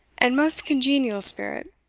and most congenial spirit,